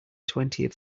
twentieth